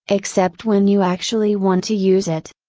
except when you actually want to use it.